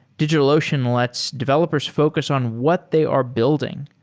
digitalocean lets developers focus on what they are building.